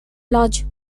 lodge